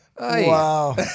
Wow